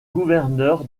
gouverneur